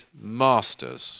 Masters